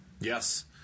Yes